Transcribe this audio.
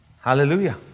Hallelujah